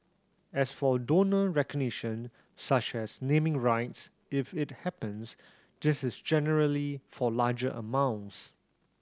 as for donor recognition such as naming rights if it happens this is generally for larger amounts